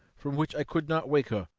from which i could not wake her.